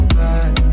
back